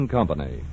Company